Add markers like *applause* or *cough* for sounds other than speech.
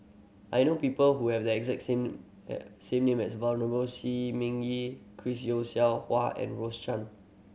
I know people who have the exact same *unintelligible* same name as *unintelligible* Shi Ming Yi Chris Yeo Siew Hua and Rose Chan